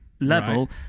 level